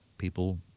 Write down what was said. People